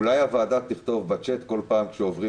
אולי הוועדה תכתוב בצ'ט בכל פעם כשעוברים